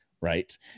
right